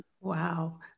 Wow